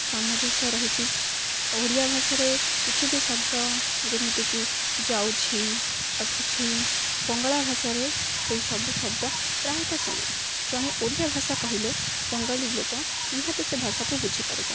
ସାମଞସ୍ୟ ରହିଛି ଓଡ଼ିଆ ଭାଷାରେ କିଛି ବି ଶବ୍ଦ ଯେମିତିକି ଯାଉଛି ଆସୁଛି ବଙ୍ଗଳା ଭାଷାରେ ସେଇ ସବୁ ଶବ୍ଦ ପ୍ରାୟତଃ ସମାନ ଜଣେ ଓଡ଼ିଆ ଭାଷା କହିଲେ ବଙ୍ଗାଳୀ ଲୋକ ନିହାତି ସେ ଭାଷାକୁ ବୁଝିପାରିବ